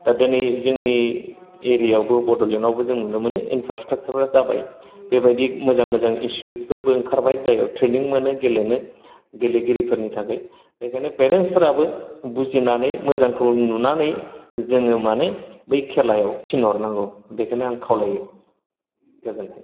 दा दिनै जोंनि एरिया आवबो बड'लेन्डावबो जों नुनो मोनो एनफ्रास्ट्राक्सार फ्रा जाबाय बेबायदि मोजां मोजां इनस्टिटिउद फोरबो ओंखारबाय जायाव ट्रेइनिं मोनो गेलेनो गेलेगिरिफोरनि थाखै बेखायनो पेरेन्टस फोराबो बुजिनानै मोजांखौ नुनानै जोङो माने बै खेलायाव थिनहरनांगौ बेखौनो आं खावलायो गोजोन्थों